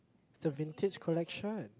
it's a vintage collection